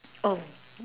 oh